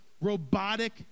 robotic